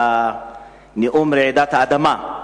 בנאום "רעידת האדמה"